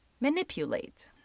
manipulate